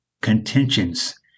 contentions